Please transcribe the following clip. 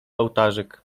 ołtarzyk